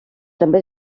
també